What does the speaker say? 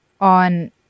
on